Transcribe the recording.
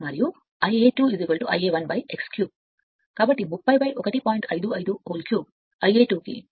55 3 Ia 2 సుమారు 8 యాంపియర్గా ఉంటుంది